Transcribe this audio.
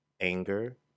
anger